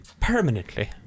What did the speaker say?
Permanently